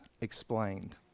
explained